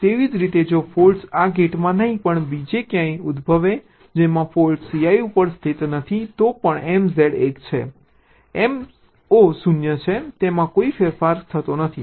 તેવી જ રીતે જો ફોલ્ટ આ ગેટમાં નહીં પણ બીજે ક્યાંક ઉદ્ભવે જેમાં ફોલ્ટ Cl ઉપર સ્થિત નથી તો પણ MZ 1 છે Mo 0 છે તેમાં કોઈ ફેરફાર કરતો નથી